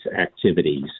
activities